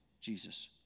Jesus